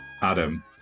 Adam